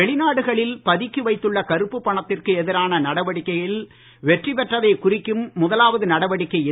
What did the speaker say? வெளிநாடுகளில் பதுக்கி வைத்துள்ள கருப்புப் பணத்திற்கு எதிரான நடவடிக்கையில் வெற்றி பெற்றதைக் குறிக்கும் முதலாவது நடவடிக்கை இது